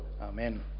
amen